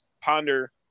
ponder